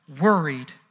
worried